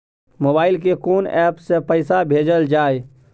Mobile के कोन app से पैसा भेजल जाए?